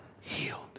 healed